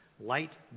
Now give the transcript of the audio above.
Light